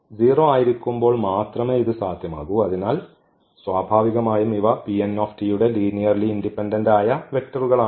ആയിരിക്കുമ്പോൾ മാത്രമേ ഇത് സാധ്യമാകൂ അതിനാൽ സ്വാഭാവികമായും ഇവ യുടെ ലീനിയർലി ഇൻഡിപെൻഡന്റ് ആയ വെക്റ്ററുകളാണ്